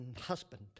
husband